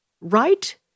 Right